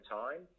time